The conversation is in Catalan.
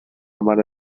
mare